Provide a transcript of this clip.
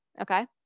Okay